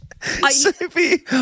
Sophie